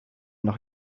noch